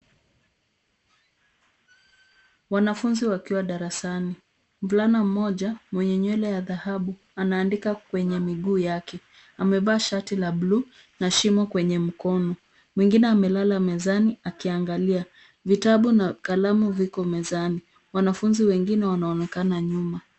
Wanafunzi wakiwa darasani, mvulana mmoja mwenye nywele ya dhahabu anaandika kwenye miguu yake, amevaa shati la buluu na shimo kwenye mkono, mwingine amelala mezani akiangalia. Vitabu na kalamu viko mezani. Wanafunzi wengine wanaonekana nyuma.